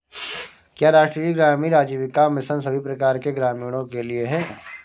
क्या राष्ट्रीय ग्रामीण आजीविका मिशन सभी प्रकार के ग्रामीणों के लिए है?